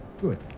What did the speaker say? Good